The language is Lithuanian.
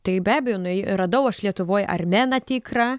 tai be abejo nuėj radau aš lietuvoj armeną tikrą